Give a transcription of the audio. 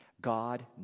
God